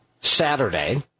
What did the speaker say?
Saturday